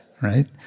Right